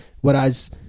whereas